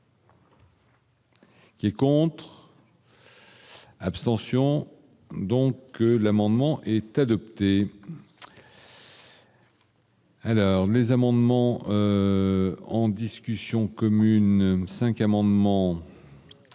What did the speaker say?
qui est pour. Comptes. Abstention donc l'amendement est adopté. Alors les amendements en discussion commune 5 amendements.